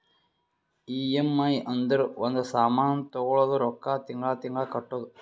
EMI ಅಂದುರ್ ಒಂದ್ ಸಾಮಾನ್ ತಗೊಳದು ರೊಕ್ಕಾ ತಿಂಗಳಾ ತಿಂಗಳಾ ಕಟ್ಟದು